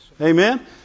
Amen